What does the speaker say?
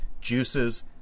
juices